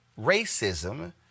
racism